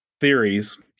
theories